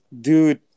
dude